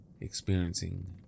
experiencing